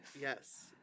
Yes